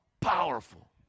powerful